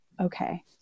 okay